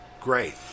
great